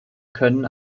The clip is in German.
können